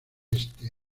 este